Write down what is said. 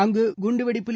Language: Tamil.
அங்கு குண்டுவெடிப்பில்